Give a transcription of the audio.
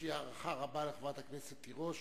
יש לי הערכה רבה לחברת הכנסת תירוש,